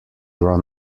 run